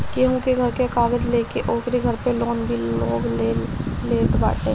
केहू के घर के कागज लेके ओकरी घर पे लोन भी लोग ले लेत बाटे